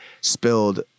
spilled